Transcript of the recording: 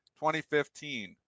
2015